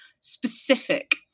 specific